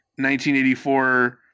1984